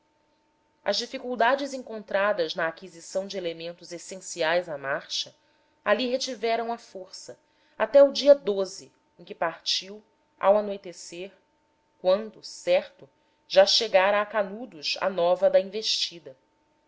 as dificuldades encontradas na aquisição de elementos essenciais à marcha ali retiveram a força até ao dia em que partiu ao anoitecer quando certo já chegara a canudos a nova da investida